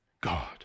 God